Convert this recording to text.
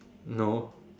no